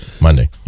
Monday